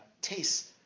taste